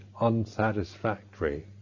unsatisfactory